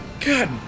God